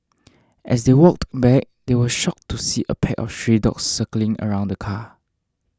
as they walked back they were shocked to see a pack of stray dogs circling around the car